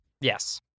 Yes